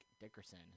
Dickerson